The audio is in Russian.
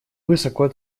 высоко